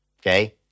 okay